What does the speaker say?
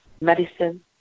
medicine